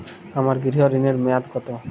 আমার গৃহ ঋণের মেয়াদ কত?